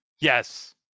Yes